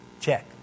Check